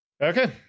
okay